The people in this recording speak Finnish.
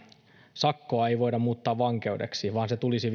sakkoa ei voida muuttaa vankeudeksi vaan se tulisi